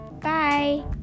Bye